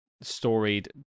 storied